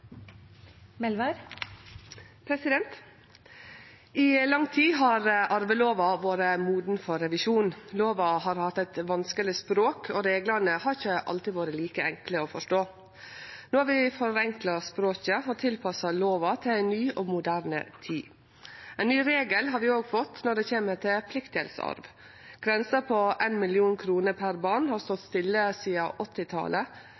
I lang tid har arvelova vore moden for revisjon. Lova har hatt eit vanskeleg språk, og reglane har ikkje alltid vore like enkle å forstå. No har vi forenkla språket og tilpassa lova til ei ny og moderne tid. Ein ny regel har vi òg fått når det kjem til pliktdelsarv. Grensa på 1 mill. kr per barn har